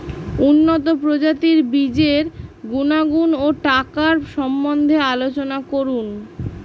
উন্নত প্রজাতির বীজের গুণাগুণ ও টাকার সম্বন্ধে আলোচনা করুন